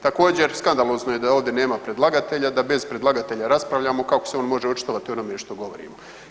Također skandalozno je da ovdje nema predlagatelja da bez predlagatelja raspravljamo kako se on može očitovati o onome što govorimo.